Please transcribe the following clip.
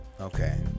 Okay